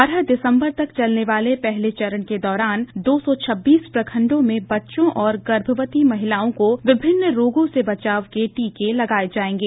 बारह दिसम्बर तक चलने वाले पहले चरण के दौरान दो सौ छब्बीस प्रखंडो में बच्चों और गर्भवती महिलाओं को विभिन्न रोगों से बचाव के टीके लगाये जायेंगे